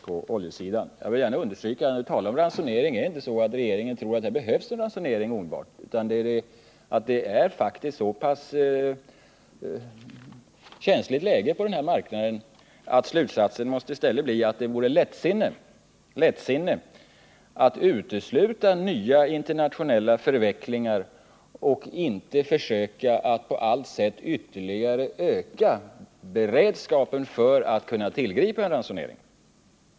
Jag vill i anslutning till frågan om ransonering gärna understryka att det inte är så att regeringen tror att en omedelbar ransonering behövs, men oljemarknaden är faktiskt så pass känslig att slutsatsen måste bli att det vore lättsinne att utesluta nya internationella förvecklingar och inte försöka att på allt sätt ytterligare öka beredskapen för att kunna tillgripa en ransonering.